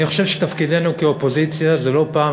אני חושב שתפקידנו כאופוזיציה זה לא פעם